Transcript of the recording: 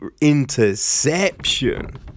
interception